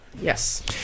Yes